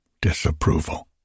disapproval